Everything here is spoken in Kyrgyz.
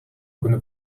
күнү